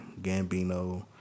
Gambino